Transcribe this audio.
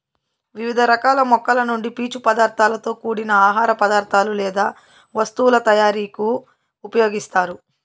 వివిధ రకాల మొక్కల నుండి పీచు పదార్థాలతో కూడిన ఆహార పదార్థాలు లేదా వస్తువుల తయారీకు ఉపయోగిస్తారు